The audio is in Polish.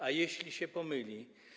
A jeśli się pomyli?